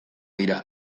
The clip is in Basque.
dira